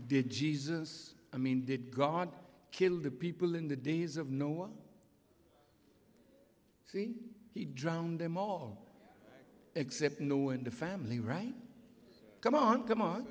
did jesus i mean did god kill the people in the days of no one see he drowned them all except knowing the family right come on come on